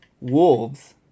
Wolves